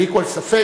בלי כל ספק,